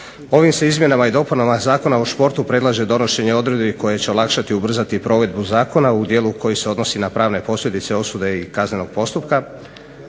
Ovim se izmjenama i dopunama Zakona o športu predlaže donošenje odredbi koje će olakšati i ubrzati provedbu zakona u dijelu koji se odnosi na pravne posljedice, osude i kaznenog postupka